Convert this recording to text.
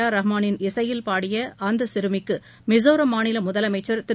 R ரகுமானின் இசையில் பாடிய அந்த சிறுமிக்கு மிசோராம் மாநில முதலமைச்சர் திரு